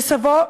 שסבו,